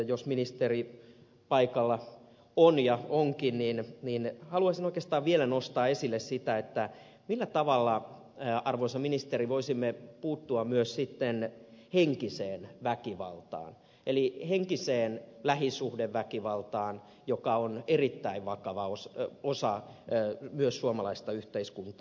jos ministeri paikalla on ja onkin haluaisin oikeastaan vielä nostaa esille sen millä tavalla arvoisa ministeri voisimme puuttua myös henkiseen väkivaltaan eli henkiseen lähisuhdeväkivaltaan joka on myös erittäin vakava osa suomalaista yhteiskuntaa